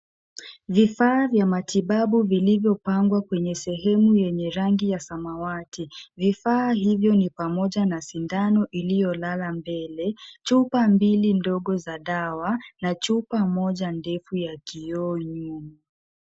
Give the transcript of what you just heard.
Vifaa vya matibabu vilivyopangwa kwenye sehemu yenye rangi ya samawati. Vifaa hivyo ni pamoja na sindano iliyolala mbele, chupa mbili ndogo za dawa na chupa moja ndefu ya kioo nyuma.